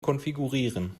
konfigurieren